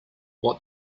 what